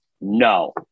no